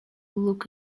look